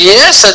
Yes